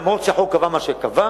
למרות שהחוק קבע מה שקבע,